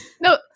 No